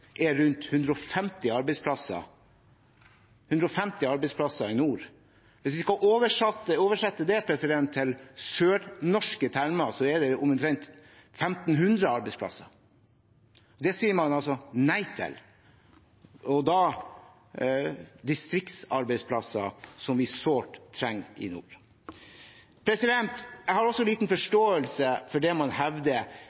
er rundt 150 arbeidsplasser i nord. Hvis vi skal oversette det til sørnorske termer, er det omtrent 1 500 arbeidsplasser. Det sier man altså nei til – distriktsarbeidsplasser som vi sårt trenger i nord. Jeg har også liten